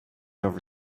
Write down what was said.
over